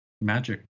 magic